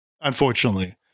unfortunately